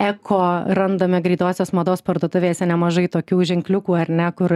eko randame greitosios mados parduotuvėse nemažai tokių ženkliukų ar ne kur